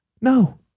No